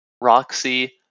roxy